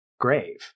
grave